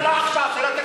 לא עכשיו, זה לא תקנוני.